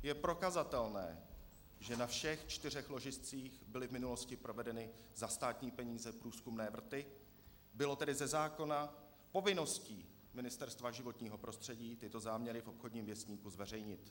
Je prokazatelné, že na všech čtyřech ložiscích byly v minulosti provedeny za státní peníze průzkumné vrty, bylo tedy ze zákona povinností Ministerstva životního prostředí tyto záměry v Obchodním věstníku zveřejnit.